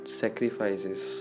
sacrifices